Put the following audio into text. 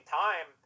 time